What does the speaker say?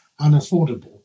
unaffordable